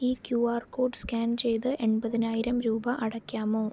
ഈ Q R code scan ചെയ്ത് എൺപതിനായിരം രൂപ അടയ്ക്കാമോ